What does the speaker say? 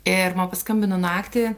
ir man paskambino naktį